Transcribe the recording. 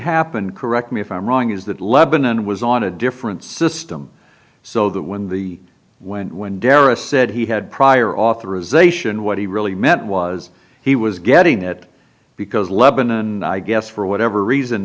happened correct me if i'm wrong is that lebanon was on a different system so that when the when when darragh said he had prior authorization what he really meant was he was getting it because lebanon i guess for whatever reason